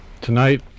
Tonight